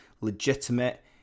legitimate